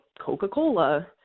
Coca-Cola